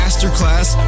Masterclass